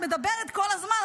את מדברת כל הזמן,